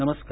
नमस्कार